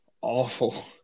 awful